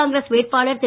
காங்கிரஸ் வேட்பாளர் திரு